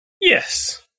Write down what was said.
yes